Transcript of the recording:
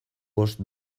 bost